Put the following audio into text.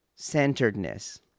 Centeredness